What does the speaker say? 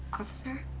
officer?